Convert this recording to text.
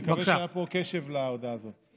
אני מקווה שהיה פה קשב להודעה הזאת.